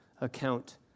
account